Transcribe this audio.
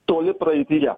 toli praeityje